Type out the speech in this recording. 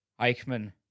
Eichmann